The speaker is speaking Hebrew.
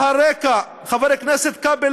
חבר הכנסת כבל,